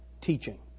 teaching